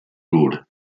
gór